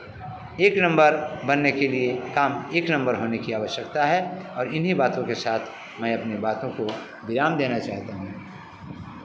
एक नम्बर बनने के लिए काम एक नम्बर होने की आवश्यकता है और इन्हीं बातों के साथ मैं अपने बातों को विराम देना चाहता हूँ